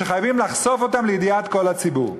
וחייבים לחשוף אותם לידיעת כל הציבור.